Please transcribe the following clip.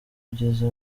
ugeze